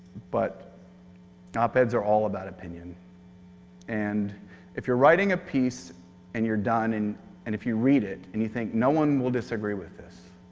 but op-eds are all about opinion and if you're writing a piece and you're done, and and if you read it and you think no one will disagree with this,